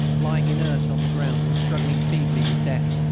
lying inert on the ground and struggling feebly with death.